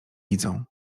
widzą